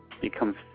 becomes